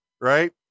Right